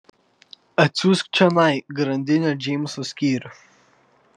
atsiųsk čionai grandinio džeimso skyrių